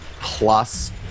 plus